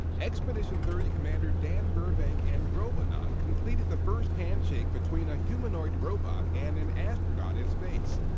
expedition thirty commander dan burbank and robonaut completed the first handshake between a humanoid robot and an astronaut in space.